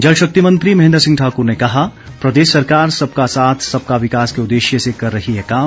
जल शक्ति मंत्री महेंद्र सिंह ठाक्र ने कहा प्रदेश सरकार सबका साथ सबका विकास के उदेश्य से कर रही है काम